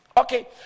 Okay